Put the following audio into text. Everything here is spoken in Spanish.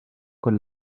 con